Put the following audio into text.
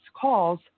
calls